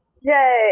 Yay